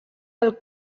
del